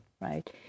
right